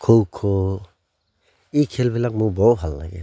খো খো এই খেলবিলাক মোৰ বৰ ভাল লাগে